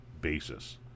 basis